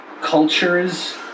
cultures